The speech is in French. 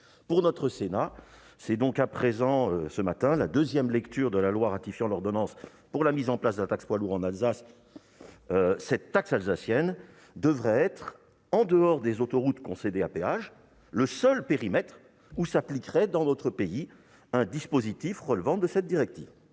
Pour notre Sénat, c'est donc à présent la deuxième lecture de la loi ratifiant l'ordonnance pour la mise en place de la taxe poids lourds en Alsace. Cette taxe alsacienne devrait être, en dehors des autoroutes concédées à péage, le seul périmètre où s'appliquerait dans notre pays un dispositif relevant de cette directive.